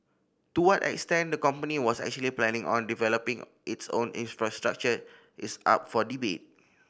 to what extent the company was actually planning on developing its own infrastructure is up for debate